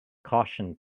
caution